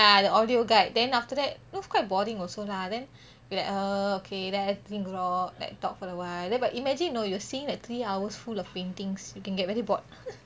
ah the audio guide then after that it was quite boring also lah then we like uh okay then talk for awhile but imagine you know you are seeing like three hours full of paintings you can get very bored